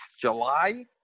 July